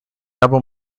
album